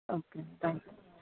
okay ma'am thank you